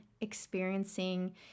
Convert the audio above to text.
experiencing